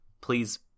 Please